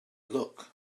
look